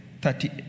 thirty